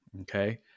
Okay